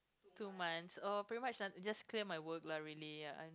two months oh pretty much lah just clear my work lah really